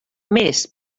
més